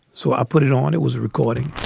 so i put it on. it was a recording